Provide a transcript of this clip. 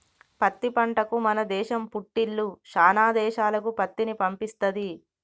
పత్తి పంటకు మన దేశం పుట్టిల్లు శానా దేశాలకు పత్తిని పంపిస్తది